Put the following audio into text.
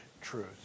truth